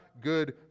good